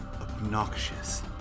obnoxious